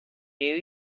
new